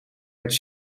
met